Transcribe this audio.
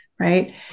Right